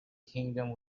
kingdom